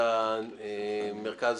בנושא מרכז